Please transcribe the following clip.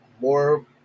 more